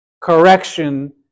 correction